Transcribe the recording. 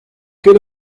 ket